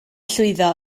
llwyddo